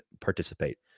participate